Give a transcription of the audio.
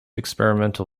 experimental